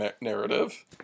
narrative